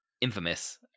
infamous